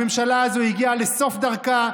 הממשלה הזאת הגיעה לסוף דרכה.